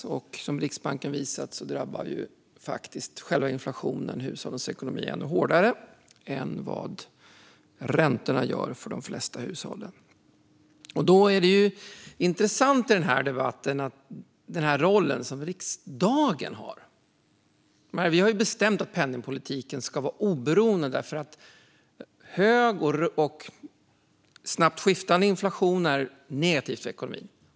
Precis som Riksbanken har visat drabbar inflationen hushållens ekonomi ännu hårdare än vad räntorna gör för de flesta hushållen. Det intressanta i debatten är den roll som riksdagen har. Riksdagen har bestämt att penningpolitiken ska vara oberoende. Hög och snabbt skiftande inflation är negativt för ekonomin.